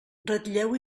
ratlleu